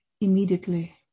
immediately